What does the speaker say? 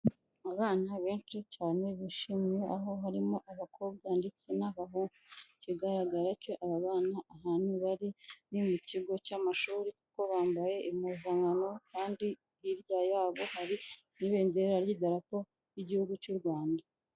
Abana benshi cyane bishimye, aho harimo abakobwa ndetse n'abahungu, ikigaragara cyo aba ahantu bari ni mu kigo cy'amashuri kuko bambaye impuzankano kandi hirya yabo hari n'ibendera ry'idarapo ry'Igihugu cy'u Rwanda.